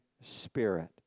Spirit